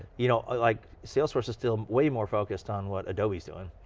you know ah like salesforce is still way more focused on what adobe's doing.